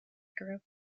group